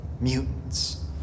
mutants